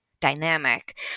dynamic